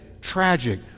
tragic